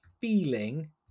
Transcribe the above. feeling